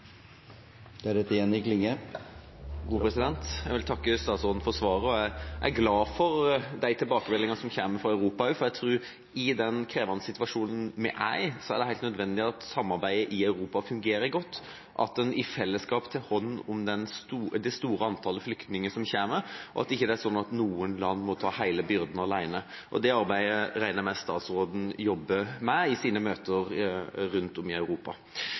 Jeg vil takke statsråden for svaret. Jeg er glad for de tilbakemeldingene som kommer fra Europa, for jeg tror at i den krevende situasjonen vi er i, er det helt nødvendig at samarbeidet i Europa fungerer godt, at en i fellesskap tar hånd om det store antallet flyktninger som kommer, og at det ikke er slik at noen land må ta hele byrden alene. Det arbeidet regner jeg med at statsråden jobber med i sine møter rundt om i Europa.